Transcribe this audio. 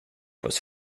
was